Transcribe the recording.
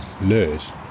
lures